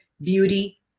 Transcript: beauty